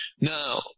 Now